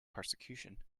persecution